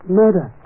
murder